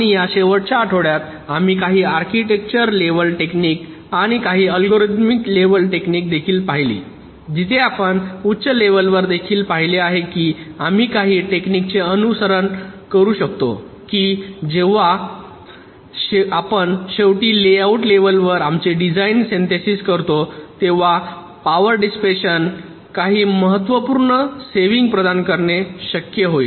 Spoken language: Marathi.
आणि या शेवटच्या आठवड्यात आम्ही काही आर्किटेक्चर लेव्हल टेक्निक आणि काही अल्गोरिदम लेव्हलची टेक्निक देखील पाहिली जिथे आपण उच्च लेव्हलवर देखील पाहिले आहे की आम्ही काही टेक्निक चे अनुसरण करू शकतो की जेव्हा आपण शेवटी लेआउट लेव्हलवर आमचे डिझाइन सिनेस्थेसिस करतो तेव्हा पॉवर डिसिपॅशन काही महत्त्वपूर्ण सेविंग प्रदान करणे शक्य होते